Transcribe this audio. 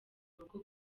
urugo